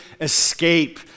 escape